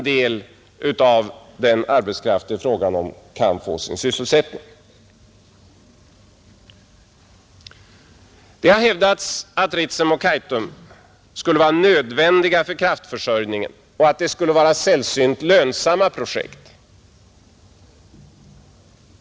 Det har hävdats att Ritsem och Kaitum skulle vara nödvändiga för vår kraftförsörjning och vara sällsynt lönsamma projekt.